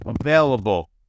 available